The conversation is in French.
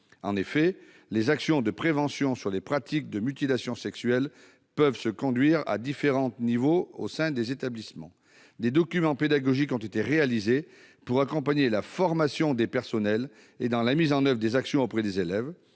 En effet, les actions de prévention sur les pratiques de mutilation sexuelle peuvent se conduire à différents niveaux au sein des établissements. Des documents pédagogiques ont été réalisés pour accompagner la formation des personnels et la mise en oeuvre des actions auprès des élèves.